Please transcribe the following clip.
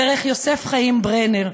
דרך יוסף חיים ברנר,